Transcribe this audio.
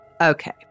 Okay